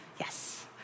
Yes